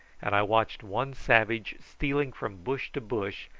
and i watched one savage stealing from bush to bush,